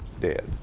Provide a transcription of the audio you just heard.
Dead